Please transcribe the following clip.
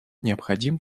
необходим